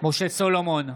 משה סולומון,